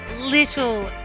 little